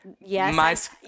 Yes